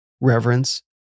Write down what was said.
reverence